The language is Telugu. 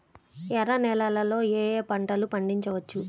ఎర్ర నేలలలో ఏయే పంటలు పండించవచ్చు?